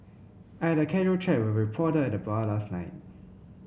I had a casual chat with a reporter at the bar last night